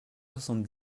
soixante